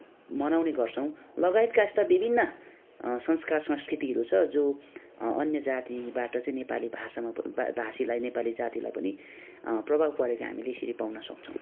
मनाउने गर्छौँ लगायतका यस्ता विभिन्न संस्कार संस्कृतिहरू छ जो अन्य जातिबाट चाहिँ नेपाली भाषामा भाषीलाई नेपाली जातिलाई पनि प्रभाव परेको हामीले यसरी पाउन सक्छौँ